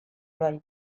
bai